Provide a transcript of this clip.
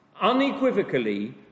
unequivocally